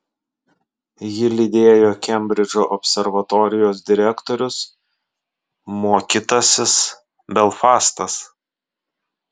jį lydėjo kembridžo observatorijos direktorius mokytasis belfastas